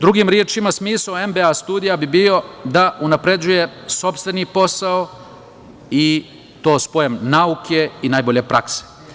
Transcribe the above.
Drugim rečima, smisao MBA sudija bi bio da unapređuje sopstveni posao i to spojem nauke i najbolje prakse.